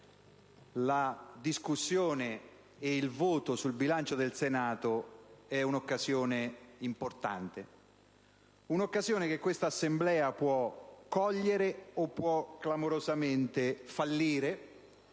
la discussione e il voto sul bilancio del Senato sia un'occasione importante, un'occasione che questa Assemblea può cogliere o può clamorosamente fallire